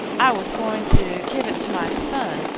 i was going to give it to my son,